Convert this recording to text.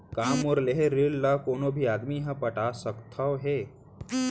का मोर लेहे ऋण ला कोनो भी आदमी ह पटा सकथव हे?